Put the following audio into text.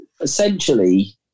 essentially